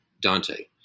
Dante